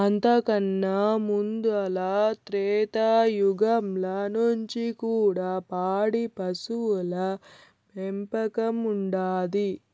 అంతకన్నా ముందల త్రేతాయుగంల నుంచి కూడా పాడి పశువుల పెంపకం ఉండాది